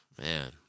man